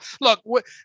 Look